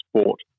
sport